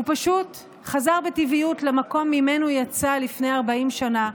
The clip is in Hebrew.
הוא פשוט חזר בטבעיות למקום שממנו יצא לפני 40 שנה,